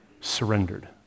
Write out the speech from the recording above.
surrendered